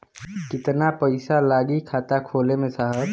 कितना पइसा लागि खाता खोले में साहब?